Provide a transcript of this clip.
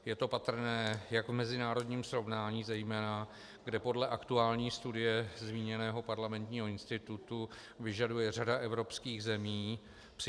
Je to patrné jak v mezinárodním srovnání zejména, kde podle aktuální studie zmíněného Parlamentního institutu vyžaduje řada evropských zemí psychologický test.